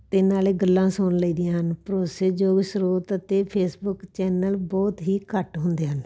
ਅਤੇ ਨਾਲੇ ਗੱਲਾਂ ਸੁਣ ਲਈ ਦੀਆਂ ਹਨ ਭਰੋਸੇਯੋਗ ਸ੍ਰੋਤ ਅਤੇ ਫੇਸਬੁੱਕ ਚੈਨਲ ਬਹੁਤ ਹੀ ਘੱਟ ਹੁੰਦੇ ਹਨ